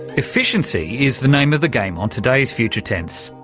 efficiency is the name of the game on today's future tense.